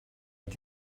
ydy